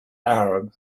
arab